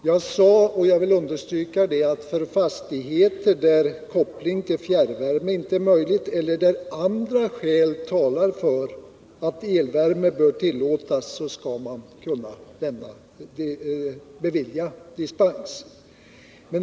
Jag sade, och jag vill understryka det, att för fastigheter där koppling till fjärrvärme inte är möjlig eller där andra skäl talar för att eluppvärmning bör tillåtas skall man kunna bevilja dispens.